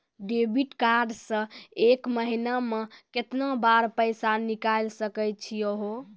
Debit card से एक महीना मा केतना बार पैसा निकल सकै छि हो?